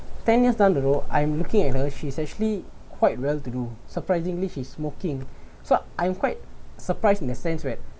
ten years down the road I'm looking at her she's actually quite well to do surprisingly she is smoking so I'm quite surprised in the sense where